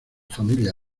familia